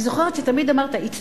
אני זוכרת שתמיד אמרת: ייתנו,